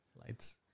lights